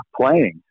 Playing